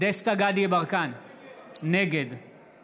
אינו נוכח